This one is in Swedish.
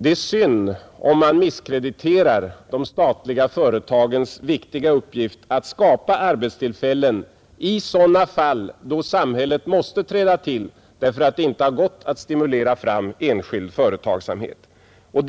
Det är synd om man misskrediterar de statliga företagens viktiga uppgift att skapa arbetstillfällen i sådana fall då samhället måste träda till därför att det inte har gått att stimulera fram enskild företagsamhet, och